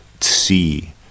see